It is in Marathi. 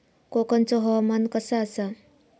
कोकनचो हवामान कसा आसा?